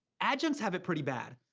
adjuncts have it pretty bad,